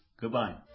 goodbye